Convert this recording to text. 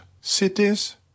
cities